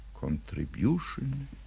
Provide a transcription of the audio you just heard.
contribution